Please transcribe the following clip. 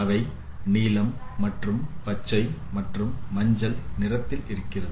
அவை நீலம் மற்றும் பச்சை மற்றும் மஞ்சள் நிறத்தில் இருக்கிறது